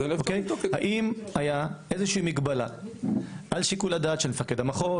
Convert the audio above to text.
האם הייתה איזושהי מגבלה על שיקול הדעת של מפקד המחוז,